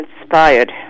inspired